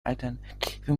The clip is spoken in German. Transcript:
alternative